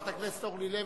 חברת הכנסת אורלי לוי,